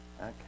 Okay